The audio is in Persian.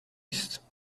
است